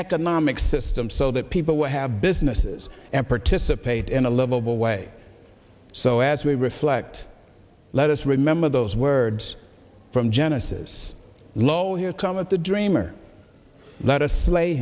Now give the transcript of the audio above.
economic system so that people will have businesses and participate in a lovable way so as we reflect let us remember those words from genesis lo here come at the dreamer let us slay